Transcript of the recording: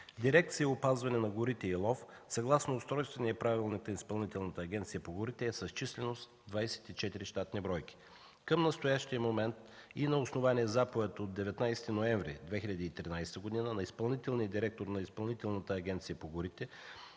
Дирекция „Опазване на горите и лов”, съгласно Устройствения правилник на Изпълнителната агенция по горите е с численост 24 щатни бройки. Към настоящия момент и на основание заповед от 19 ноември 2013 г. на изпълнителния директор на Изпълнителната агенция по горите,